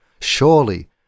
Surely